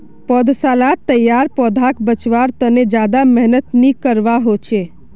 पौधसालात तैयार पौधाक बच्वार तने ज्यादा मेहनत नि करवा होचे